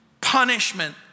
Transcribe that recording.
punishment